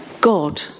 God